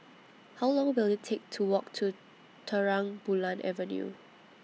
How Long Will IT Take to Walk to Terang Bulan Avenue